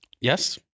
yes